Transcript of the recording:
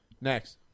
Next